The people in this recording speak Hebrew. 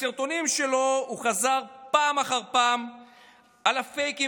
בסרטונים שלו הוא חזר פעם אחר פעם על הפייקים